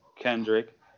Kendrick